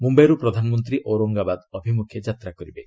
ମୁମ୍ବାଇରୁ ପ୍ରଧାନମନ୍ତ୍ରୀ ଔରଙ୍ଗାବାଦ ଅଭିମୁଖେ ଯାତ୍ରା କରିବେ